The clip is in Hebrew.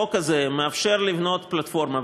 החוק הזה מאפשר לבנות פלטפורמה,